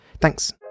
Thanks